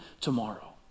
tomorrow